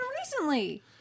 recently